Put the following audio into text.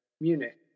Munich